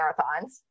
marathons